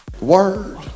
Word